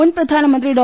മുൻപ്രധാനമന്ത്രി ഡോ